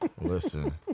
listen